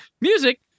Music